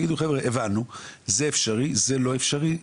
תגידו: "חבר'ה, הבנו, זה אפשרי, זה לא אפשרי,